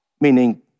meaning